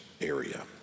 area